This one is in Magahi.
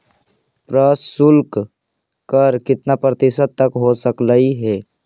प्रशुल्क कर कितना प्रतिशत तक हो सकलई हे?